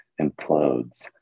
implodes